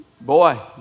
boy